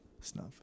Snuff